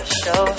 show